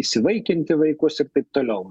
įsivaikinti vaikus ir taip toliau